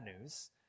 news